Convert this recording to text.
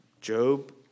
Job